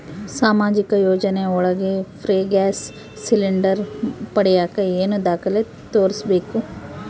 ಸಾಮಾಜಿಕ ಯೋಜನೆ ಒಳಗ ಫ್ರೇ ಗ್ಯಾಸ್ ಸಿಲಿಂಡರ್ ಪಡಿಯಾಕ ಏನು ದಾಖಲೆ ತೋರಿಸ್ಬೇಕು?